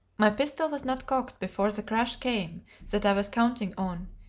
my pistol was not cocked before the crash came that i was counting on,